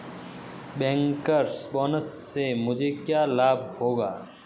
Bankers bonus से मुझे क्या लाभ होगा?